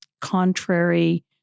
contrary